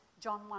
John